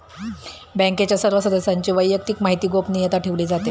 बँकेच्या सर्व सदस्यांची वैयक्तिक माहिती गोपनीय ठेवली जाते